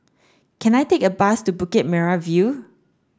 can I take a bus to Bukit Merah View